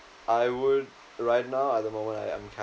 I would right now at the moment I am